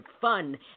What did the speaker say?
fun